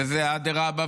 וזה: "אדרבה,